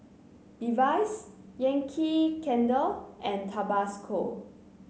Levi's Yankee Candle and Tabasco